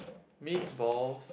meatballs